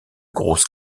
grosses